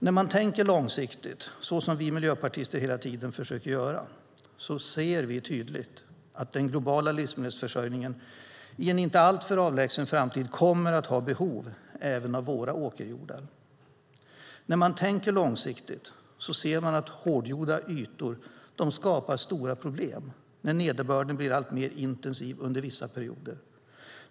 När man tänker långsiktigt, så som vi miljöpartister hela tiden försöker göra, ser man tydligt att den globala livsmedelsförsörjningen i en inte allt för avlägsen framtid kommer att ha behov även av våra åkerjordar. När man tänker långsiktigt ser man att hårdgjorda ytor skapar stora problem när nederbörden blir alltmer intensiv under vissa perioder.